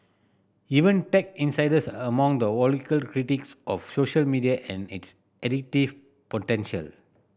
even tech insiders are among the critics of social media and its addictive potential